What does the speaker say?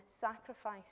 sacrifice